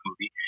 movie